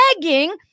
begging